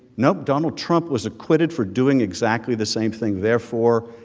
nope, donald trump was acquitted for doing exactly the same thing. therefore,